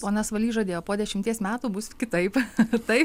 ponas valys žadėjo po dešimties metų bus kitaip taip